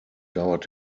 dauert